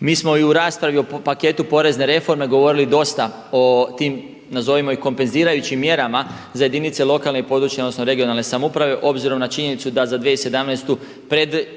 Mi smo i u raspravi o paketu porezne reforme govorili dosta o tim nazovimo ih kompenzirajućim mjerama za jedinice lokalne (regionalne) i područne samouprave obzirom na činjenicu da za 2017.